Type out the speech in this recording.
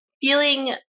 feeling –